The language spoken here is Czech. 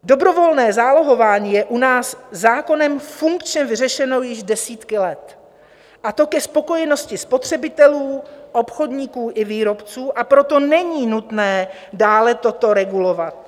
Dobrovolné zálohování je u nás zákonem funkčně vyřešeno již desítky let, a to ke spokojenosti spotřebitelů, obchodníků i výrobců, a proto není nutné dále toto regulovat.